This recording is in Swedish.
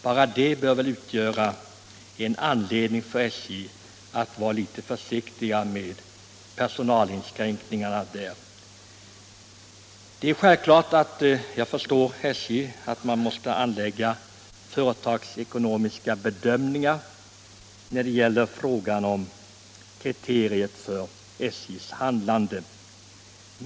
Bara det bör väl utgöra en anledning för SJ att vara litet försiktiga med personalinskränkningarna där. Det är självklart att jag förstår att SJ måste anlägga företagsekonomiska bedömningar vid sitt handlande.